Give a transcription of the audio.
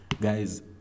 guys